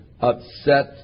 upset